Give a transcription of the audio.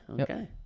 Okay